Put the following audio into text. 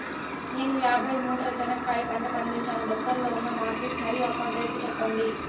నేను యాభై మూటల చెనక్కాయ పంట పండించాను దగ్గర్లో ఉన్న మార్కెట్స్ మరియు అక్కడ రేట్లు చెప్పండి?